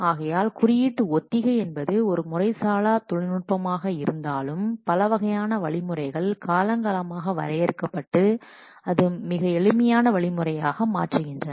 ஆகையால் குறியீட்டு ஒத்திகை என்பது ஒரு முறைசாரா தொழில்நுட்பமாக இருந்தாலும் பலவகையான வழிமுறைகள் காலங்காலமாக வரையறுக்கப்பட்டு மிக எளிமையான வழிமுறையாக மாற்றுகின்றன